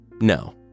No